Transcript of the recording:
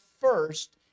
first